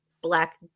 black